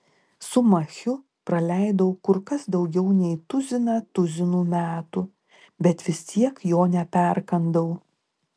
su machiu praleidau kur kas daugiau nei tuziną tuzinų metų bet vis tiek jo neperkandau